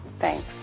Thanks